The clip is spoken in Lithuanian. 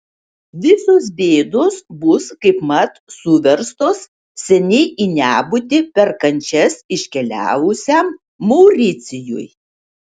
visos bėdos bus kaipmat suverstos seniai į nebūtį per kančias iškeliavusiam mauricijui